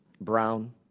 Brown